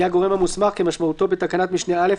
יהיה הגורם המוסמך כמשמעותו בתקנת משנה (א),